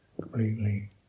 completely